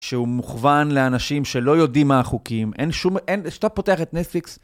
שהוא מוכוון לאנשים שלא יודעים מה החוקים, אין שום, אין, כשאתה פותח את נטפליקס